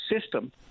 system